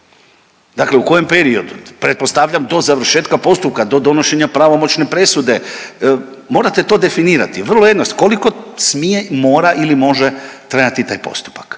Dakle u kojem periodu? Pretpostavljam do završetka postupka, do donošenja pravomoćne presude. Morate to definirati. Vrlo jednostavno. Koliko smije, mora ili može trajati taj postupak.